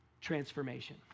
transformation